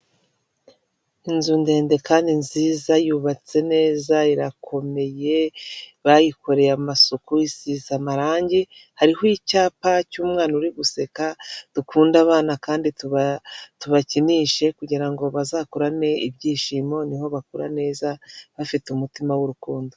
Inzu ndende kandi nziza, yubatse neza irakomeye, bayikoreye amasuku, isize amarangi, hariho icyapa cy'umwana uri guseka, dukunde abana kandi tubakinishe, kugira ngo bazakurane ibyishimo, n iho bakura neza bafite umutima w'urukundo.